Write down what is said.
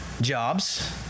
jobs